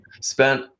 spent